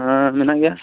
ᱦᱟᱸ ᱢᱮᱱᱟᱜ ᱜᱮᱭᱟ